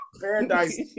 Paradise